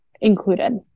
included